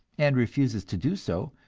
and refuses to do so,